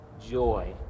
joy